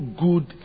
good